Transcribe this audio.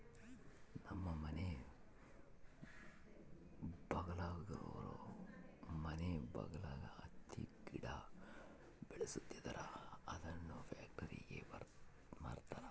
ನಮ್ಮ ಮನೆ ಬಗಲಾಗುಳೋರು ಮನೆ ಬಗಲಾಗ ಹತ್ತಿ ಗಿಡ ಬೆಳುಸ್ತದರ ಅದುನ್ನ ಪ್ಯಾಕ್ಟರಿಗೆ ಮಾರ್ತಾರ